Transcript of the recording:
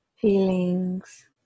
feelings